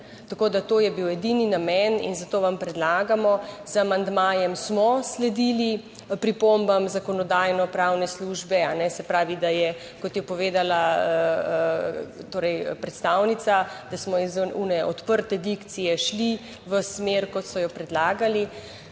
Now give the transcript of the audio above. Tako da to je bil edini namen. Zato vam predlagamo - z amandmajem smo sledili pripombam Zakonodajno-pravne službe, se pravi, kot je povedala predstavnica, da smo iz one odprte dikcije šli v smer, kot so jo predlagali.